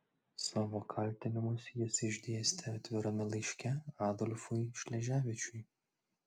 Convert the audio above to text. savo kaltinimus jis išdėstė atvirame laiške adolfui šleževičiui